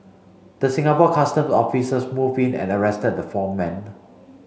the Singapore Custom officers moved in and arrested the four men